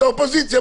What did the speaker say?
אתה אופוזיציה.